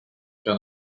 car